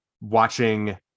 watching